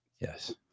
Yes